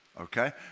okay